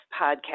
podcast